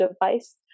device